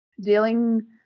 dealing